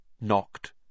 knocked